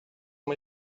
uma